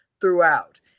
throughout